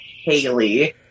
Haley